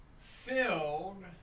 filled